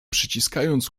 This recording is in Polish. przyciskając